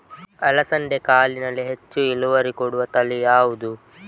ಅಲಸಂದೆ ಕಾಳಿನಲ್ಲಿ ಹೆಚ್ಚು ಇಳುವರಿ ಕೊಡುವ ತಳಿ ಯಾವುದು?